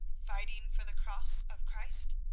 fighting for the cross of christ?